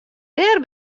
dêr